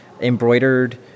embroidered